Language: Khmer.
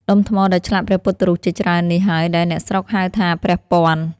ដុំថ្មដែលឆ្លាក់ព្រះពុទ្ធរូបជាច្រើននេះហើយដែលអ្នកស្រុកហៅថា “ព្រះពាន់”។